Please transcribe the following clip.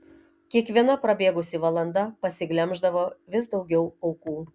kiekviena prabėgusi valanda pasiglemždavo vis daugiau aukų